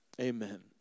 Amen